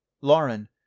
Lauren